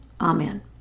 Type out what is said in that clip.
Amen